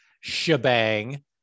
shebang